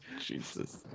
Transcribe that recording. Jesus